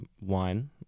wine